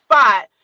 spot